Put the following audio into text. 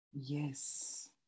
yes